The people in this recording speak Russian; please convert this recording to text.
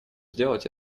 сделать